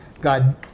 God